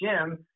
Jim